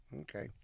Okay